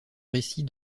récit